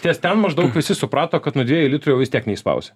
ties ten maždaug visi suprato kad nu dviejų litrų jau vis tiek neišspausi